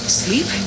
sleep